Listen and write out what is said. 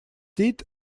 teeth